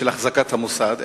של אחזקת המוסד,